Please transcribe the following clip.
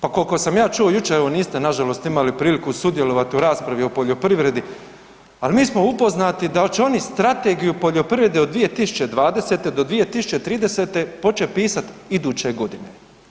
Pa koliko sam ja čuo jučer, evo niste nažalost imali priliku sudjelovati u raspravi o poljoprivredi, ali mi smo upoznati da će oni strategiju poljoprivrede od 2020. do 2030. počet pisat iduće godine.